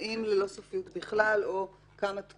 האם ללא סופיות בכלל, או כמה תקופות?